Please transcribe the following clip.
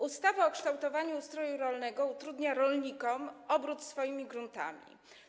Ustawa o kształtowaniu ustroju rolnego utrudnia rolnikom obrót ich gruntami.